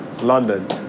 London